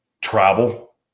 travel